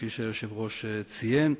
כפי שהיושב-ראש ציין.